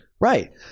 Right